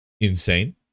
insane